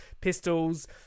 pistols